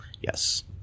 yes